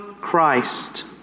Christ